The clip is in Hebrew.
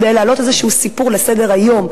כדי להעלות איזשהו סיפור לסדר-היום,